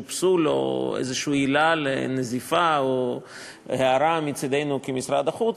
פסול או איזושהי עילה לנזיפה או הערה מצדנו כמשרד החוץ,